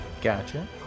Gotcha